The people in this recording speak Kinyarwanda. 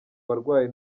barwayi